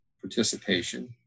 participation